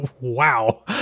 wow